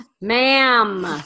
ma'am